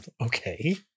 Okay